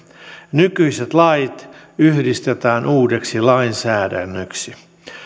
nykyiset lait yhdistetään uudeksi lainsäädännöksi